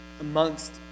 amongst